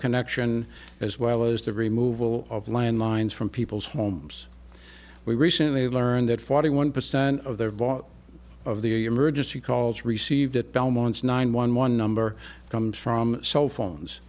connection as well as the removal of landmines from people's homes we recently learned that forty one percent of the lot of the emergency calls received at belmont's nine one one number comes from cell phones